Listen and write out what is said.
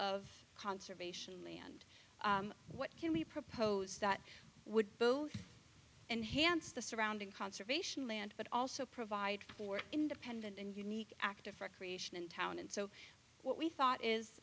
of conservation land what can be proposed that would both and hance the surrounding conservation land but also provide for independent and unique active for creation in town and so what we thought